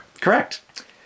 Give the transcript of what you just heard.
Correct